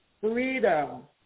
freedom